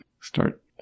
start